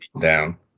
down